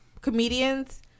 comedians